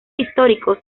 históricos